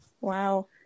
Wow